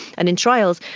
and in trials,